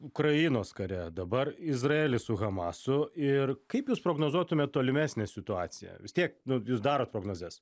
ukrainos kare dabar izraelis su hamasu ir kaip jūs prognozuotumėt tolimesnę situaciją vis tiek nu jūs darot prognozes